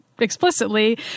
explicitly